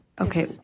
Okay